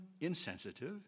insensitive